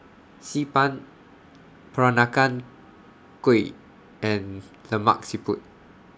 Xi Ban Peranakan Kueh and Lemak Siput